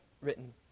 written